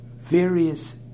various